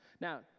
Now